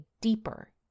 deeper